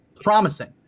promising